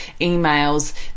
emails